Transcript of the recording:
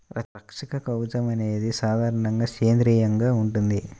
రక్షక కవచం అనేది సాధారణంగా సేంద్రీయంగా ఉంటుంది